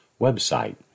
website